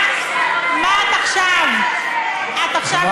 מה את עכשיו, את עכשיו גורמת לשלם?